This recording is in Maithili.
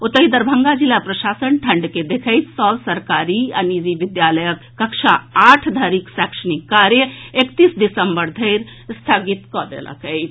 ओतहि दरभंगा जिला प्रशासन ठंढ के देखैत सभ सरकारी आ निजी विद्यालयक कक्षा आठ धरिक शैक्षणिक कार्य एकतीस दिसम्बर धरि स्थगित कऽ देलक अछि